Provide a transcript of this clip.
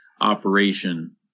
operation